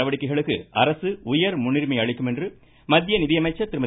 நடவடிக்கைகளுக்கு உயர் முன்னுரிமை அளிக்கும் என்று மத்திய நிதி அமைச்சர் திருமதி